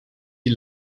die